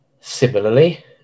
Similarly